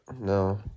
no